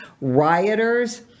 rioters